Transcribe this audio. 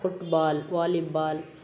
football volleyball